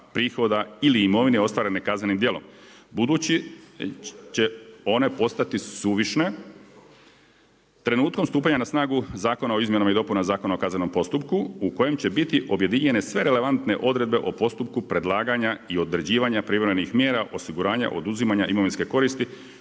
ili imovine ostvarene kaznenim djelom. Budući će one postati suvišne trenutkom stupanja na snagu Zakona o izmjenama i dopunama Zakona o kaznenom postupku u kojem će biti objedinjene sve relevantne odredbe o postupku predlaganja i određivanja privremenih mjera osiguranja oduzimanja imovinske koristi